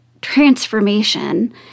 transformation